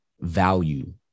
value